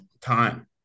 time